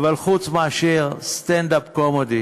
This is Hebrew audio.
אבל חוץ מאשר סטנד-אפ קומדי